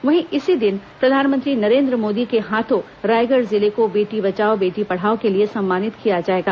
वहीं इसी दिन प्रधानमंत्री नरेन्द्र मोदी के हाथों रायगढ़ जिले को बेटी बचाओ बेटी पढाओ के लिए सम्मानित किया जाएगा